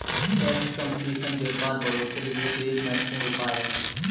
tax competition व्यापार बढ़ोतरी हेतु एक महत्वपूर्ण उपाय है